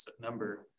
number